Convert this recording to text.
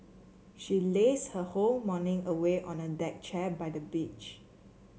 she lazed her whole morning away on a deck chair by the beach